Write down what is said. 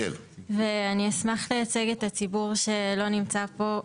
ואני אשמח לייצג את הציבור שלא נמצא פה,